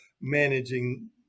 managing